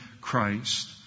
Christ